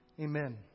Amen